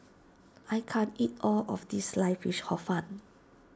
I can't eat all of this Sliced Fish Hor Fun